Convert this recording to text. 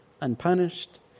unpunished